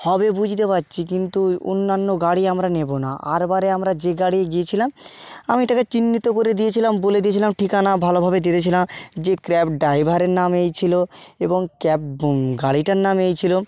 হবে বুঝতে পারছি কিন্তু অন্যান্য গাড়ি আমরা নেব না আর বারে আমরা যে গাড়িয়ে গিয়েছিলাম আমি তাকে চিহ্নিত করে দিয়েছিলাম বলে দিয়েছিলাম ঠিকানা ভালোভাবে দিয়ে দিয়েছিলাম যে ক্যাব ড্রাইভারের নাম এই ছিল এবং ক্যাব গাড়িটার নাম এই ছিল